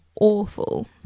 awful